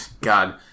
God